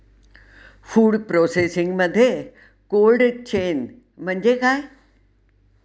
Food प्रोसेसिंगमध्ये cold chain म्हणजे काय?